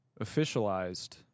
officialized